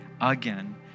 again